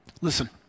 Listen